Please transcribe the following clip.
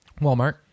Walmart